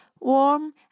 warm